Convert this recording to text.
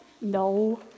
No